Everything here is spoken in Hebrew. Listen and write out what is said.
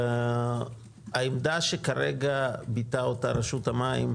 העובדה שכרגע ביטאה אותה רשות המים,